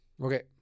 okay